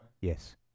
Yes